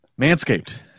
Manscaped